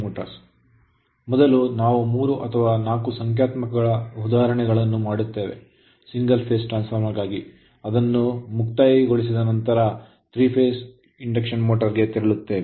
ಮುಂದೆ ನಾವು 3 ಅಥವಾ 4 ಸಂಖ್ಯಾತ್ಮಕಗಳನ್ನು ಉದಾಹರಣೆಗಳನ್ನು ಮಾಡುತ್ತೇವೆ ಮತ್ತು single phase ಟ್ರಾನ್ಸ್ ಫಾರ್ಮರ್ ಅನ್ನು ಮುಕ್ತಾಯಗೊಳಿಸುತ್ತೇವೆ